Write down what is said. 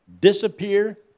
Disappear